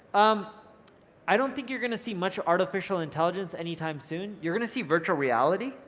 um i don't think you're gonna see much artificial intelligence any time soon. you're gonna see virtual reality.